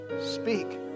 speak